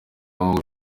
ngombwa